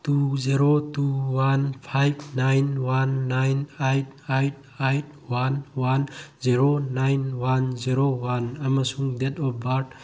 two zero two one five nine one nine eight eight eight one one zero nine one zero one ꯑꯃꯁꯨꯡ date of birth